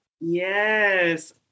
Yes